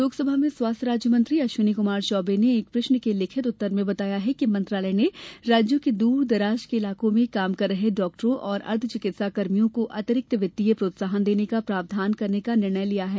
लोकसभा में स्वास्थ्य राज्य मंत्री अश्विनी कुमार चौबे ने एक प्रश्न के लिखित उत्तर में बताया कि मंत्रालय ने राज्यों के दूर दराज के इलाकों में काम कर रहे चिकित्सकों और अर्द्व चिकित्सा कर्मियों को अतिरिक्त वित्तीय प्रोत्साहन देने का प्रावधान करने का निर्णय लिया है